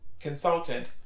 consultant